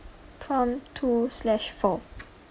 prompt two slash four